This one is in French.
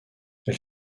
elle